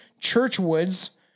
Churchwood's